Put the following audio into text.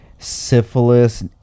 syphilis